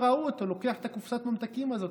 וראו אותו לוקח את קופסת הממתקים הזאת.